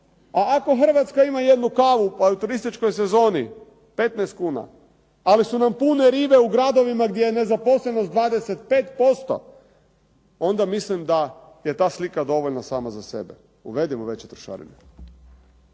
A ako Hrvatska ima jednu kavu pa u turističkoj sezoni 15 kuna ali su nam pune rive u gradovima gdje je nezaposlenost 25% onda mislim da je ta slika dovoljna sama za sebe. Uvedimo veće trošarine.